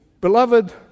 Beloved